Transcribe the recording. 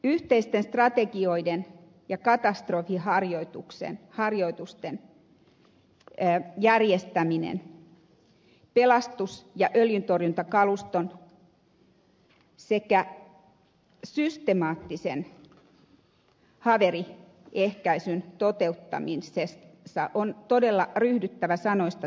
yhteisten strategioiden luomisessa katastrofiharjoitusten järjestämisessä pelastus ja öljyntorjuntakaluston käytössä sekä systemaattisessa haverin ehkäisyssä on todella ryhdyttävä sanoista tekoihin